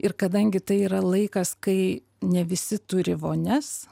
ir kadangi tai yra laikas kai ne visi turi vonias